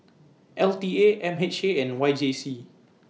L T A M H A and Y J C